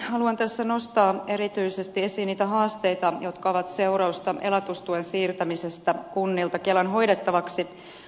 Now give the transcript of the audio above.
haluan tässä nostaa erityisesti esiin niitä haasteita jotka ovat seurausta elatustuen siirtämisestä kunnilta kelan hoidettavaksi